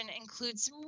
includes